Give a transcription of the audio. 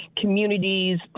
communities